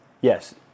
Yes